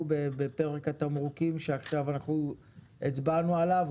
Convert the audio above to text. בפרק התמרוקים שעכשיו אנחנו הצבענו עליו.